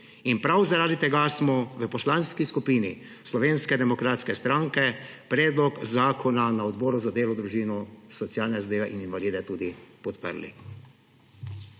In prav zaradi tega smo v Poslanski skupini Slovenske demokratske stranke predlog zakona na Odboru za delo, družino, socialne zadeve in invalide tudi podprli.